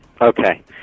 Okay